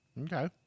Okay